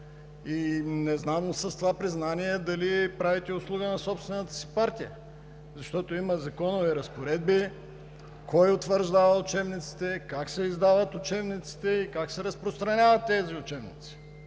Не знам с това признание дали правите услуга на собствената си партия, защото има законови разпоредби кой утвърждава учебниците, как се издават учебниците и как се разпространяват тези учебници.